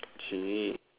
!chey!